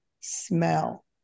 smell